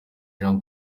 jean